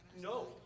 No